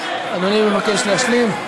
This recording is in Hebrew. אדוני מבקש להשלים?